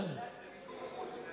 ועדת כספים.